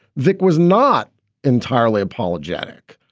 vick was not entirely apologetic.